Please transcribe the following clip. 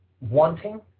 wanting